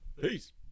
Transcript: Peace